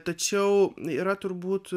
tačiau yra turbūt